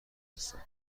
هستند